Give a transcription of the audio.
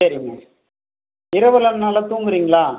சரிங்க இரவெலாம் நல்லா தூங்குகிறிங்களா